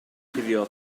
cuddio